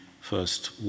First